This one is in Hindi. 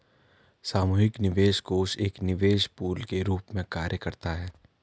सामूहिक निवेश कोष एक निवेश पूल के रूप में कार्य करता है